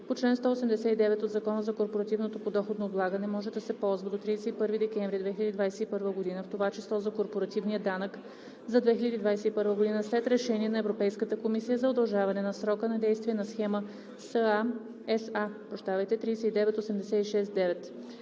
по чл. 189 от Закона за корпоративното подоходно облагане, може да се ползва до 31 декември 2021 г., в това число за корпоративния данък за 2021 г., след решение от Европейската комисия за удължаване на срока на действие на Схема SA.39869